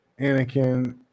Anakin